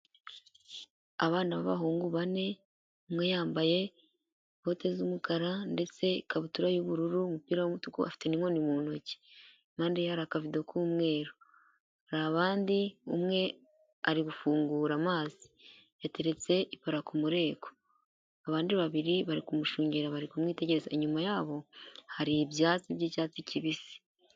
Abana b'abahungu bane; umwe yambaye ikote ry'umukara ndetse ikabutura y'ubururu n'umupira w'umutuku afite n'inkoni mu ntoki, impande yari akavido k'umweru ,harabandi umwe ari gufungura amazi yateretse ipara ku mureko, abandi babiri bari kumushungera bari kumwitegereza inyuma yabo hari ibyatsi by'icyatsi kibisi.